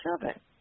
children